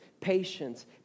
patience